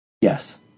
Yes